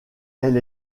elle